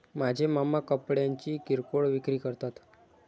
माझे मामा कपड्यांची किरकोळ विक्री करतात